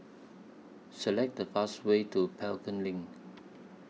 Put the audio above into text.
Select The fastest Way to Pelton LINK